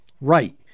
right